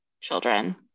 children